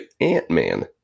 Ant-Man